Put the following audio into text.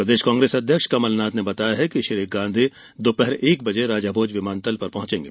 प्रदेश कांग्रेस कमलनाथ ने बताया कि श्री गांधी दोपहर एक बजे राजाभोज विमानतल पहुंचेंगे